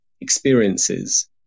experiences